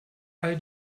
all